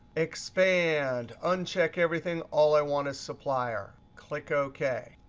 expand. uncheck everything. all i want is supplier. click ok.